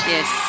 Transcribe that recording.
Yes